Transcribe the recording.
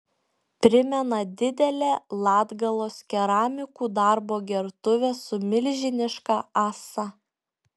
primena didelę latgalos keramikų darbo gertuvę su milžiniška ąsa